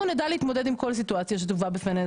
אנחנו נדע להתמודד עם כל סיטואציה שתובא בפנינו.